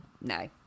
no